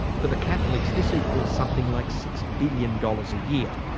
for the catholics this equals something like six billion dollars a year.